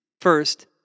First